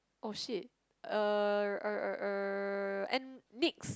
oh shit uh uh uh uh and Nyx